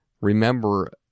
remember